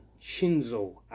Shinzo